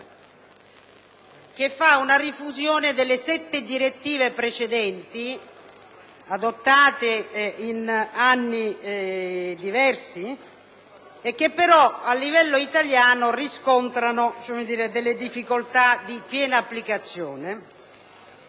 ad una fusione delle sette direttive precedenti, adottate in anni diversi, che però, a livello italiano, riscontrano delle difficoltà di piena applicazione.